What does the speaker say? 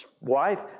wife